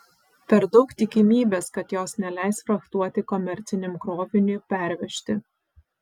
per daug tikimybės kad jos neleis frachtuoti komerciniam kroviniui pervežti